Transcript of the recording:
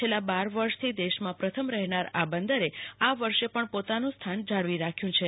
છેલ્લા બાર વર્ષથી દેશમાં પ્રથમ રહેનારા આ બંદરે આ વર્ષે પણ પોતાનું સ્થાન જાળવી રાખ્યુ છે